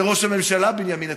וזה ראש הממשלה בנימין נתניהו.